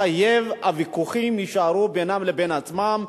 מחייב שהוויכוחים יישארו בינם לבין עצמם,